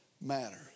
matter